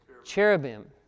cherubim